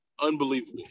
Unbelievable